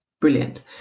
Brilliant